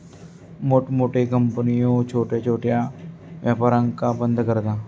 मोठमोठे कंपन्यो छोट्या छोट्या व्यापारांका बंद करता